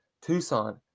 Tucson